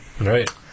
Right